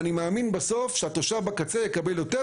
אני מאמין בסוף שהתושב בקצה יקבל יותר,